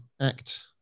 ACT